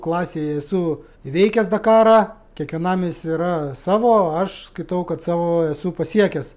klasėj esu įveikęs dakarą kiekvienam jis yra savo aš skaitau kad savo esu pasiekęs